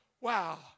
Wow